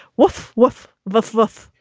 woof, woof, woof, woof,